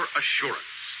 assurance